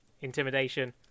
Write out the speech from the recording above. Intimidation